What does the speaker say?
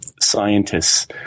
scientists